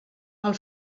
pel